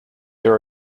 there